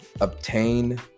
obtain